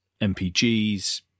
mpgs